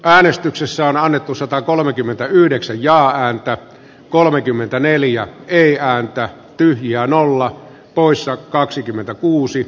äänestyksessä on annettu satakolmekymmentäyhdeksän ja hempel kolmekymmentäneljä ei ääntä tyhjään olla poissa kaksikymmentäkuusi